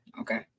okay